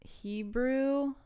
Hebrew